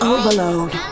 Overload